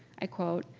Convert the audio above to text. i quote,